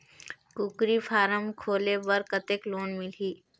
कूकरी फारम खोले बर कतेक लोन मिलही?